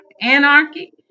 anarchy